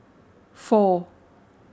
four